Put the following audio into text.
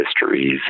histories